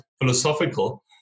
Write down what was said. philosophical